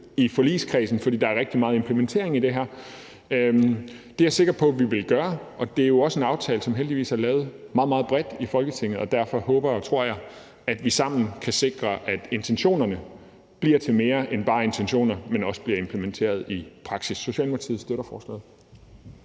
i forligskredsen, fordi der er rigtig meget implementering i det her. Det er jeg sikker på vi vil gøre, og det er jo også en aftale, som heldigvis er lavet meget, meget bredt i Folketinget, og derfor håber jeg og tror på, at vi sammen kan sikre, at intentionerne bliver til mere end bare intentioner, men også bliver implementeret i praksis. Socialdemokratiet støtter forslaget.